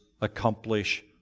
accomplish